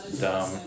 dumb